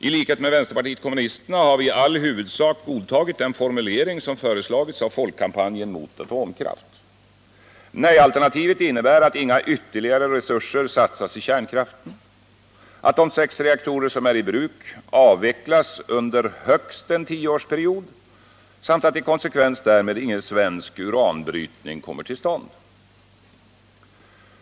I likhet med vänsterpartiet kommunisterna har vi i all huvudsak godtagit den formulering som föreslagits av Folkkampanjen mot atomkraft. Nejalternativet innebär att inga ytterligare resurser satsas i kärnkraften, att de sex reaktorer som är i bruk avvecklas under högst en tioårsperiod samt att i konsekvens därmed ingen svensk uranbrytning kommer till stånd.